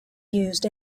used